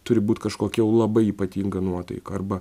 turi būt kažkokia labai ypatinga nuotaika arba